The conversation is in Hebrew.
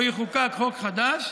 או יחוקק חוק חדש,